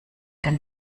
denn